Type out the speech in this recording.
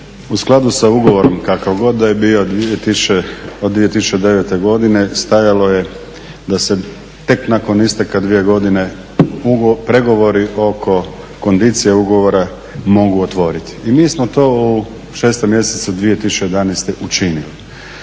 u skladu sa ugovorom kakav god da je bio od 2009. godine, stajalo je da se tek nakon isteka dvije godine pregovori oko kondicije ugovora mogu otvoriti. I mi smo to u 6 mjesecu 2011. učinili.